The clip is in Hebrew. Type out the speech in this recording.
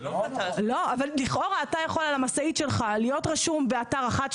אבל לכאורה אתה יכול על המשאית שלך להיות רשום באתר אחת,